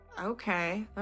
Okay